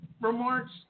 remarks